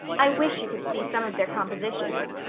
i wish you could see some of their compositions.